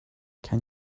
can